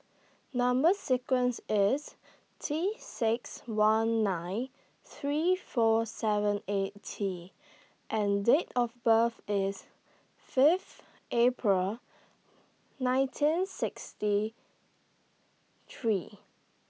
Number sequence IS T six one nine three four seven eight T and Date of birth IS Fifth April nineteen sixty three